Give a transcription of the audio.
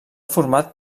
format